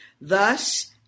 Thus